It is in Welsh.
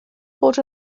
bod